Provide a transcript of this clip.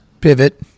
pivot